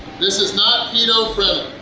this is not keto friendly.